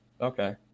okay